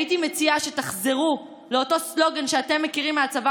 הייתי מציעה שתחזרו לאותו סלוגן שאתם מכירים מהצבא